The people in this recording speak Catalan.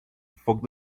foc